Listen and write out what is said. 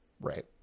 right